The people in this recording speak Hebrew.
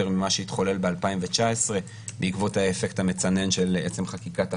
ממה שהתחולל ב-2019 בעקבות האפקט המצנן של עצם חקיקת החוק.